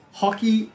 hockey